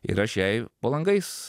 ir aš jai po langais